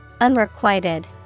Unrequited